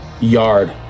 yard